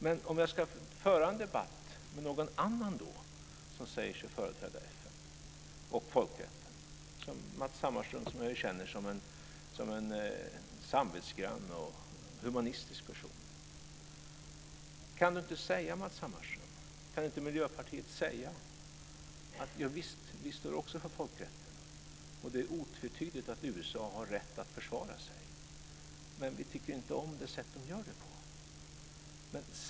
Men om jag ska föra en debatt med någon annan som säger sig företräda FN och folkrätten - som Matz Hammarström, som jag känner som en samvetsgrann och humanistisk person - skulle jag vilja fråga dig, Matz Hammarström, och Miljöpartiet om ni kan säga: Javisst, vi står också för folkrätten, och det är otvetydigt att USA har rätt att försvara sig. Men vi tycker inte om det sätt de gör det på.